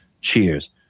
Cheers